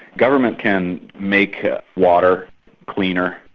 government can make water cleaner,